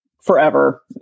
forever